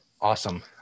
Awesome